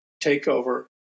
takeover